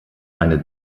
eine